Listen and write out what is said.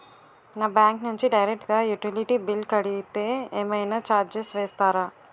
నా బ్యాంక్ నుంచి డైరెక్ట్ గా యుటిలిటీ బిల్ కడితే ఏమైనా చార్జెస్ వేస్తారా?